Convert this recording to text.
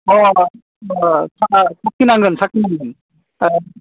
अ ओ साखि नांगोन साखि नांगोन अ